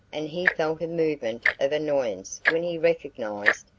and he felt a movement of annoyance when he recognized,